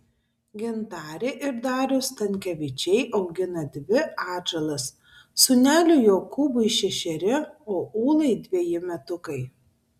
gintarė ir darius stankevičiai augina dvi atžalas sūneliui jokūbui šešeri o ūlai dveji metukai